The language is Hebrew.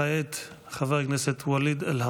אין ספק שהרשויות צריכות לתת מענה לכלל